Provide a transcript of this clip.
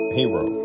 hero